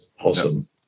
awesome